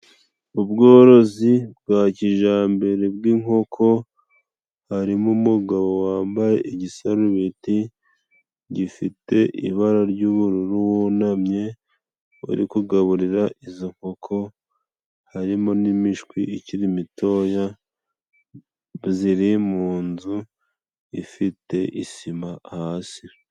Ubworozi bwa kijambere bw'inkoko, harimo umugabo wambaye igisarubeti gifite ibara ry'ubururu, wunamye uri kugaburira izo nkoko harimo n'imishwi ikiri mitoya. Ziri mu nzu ifite isima hasi.